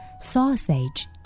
Sausage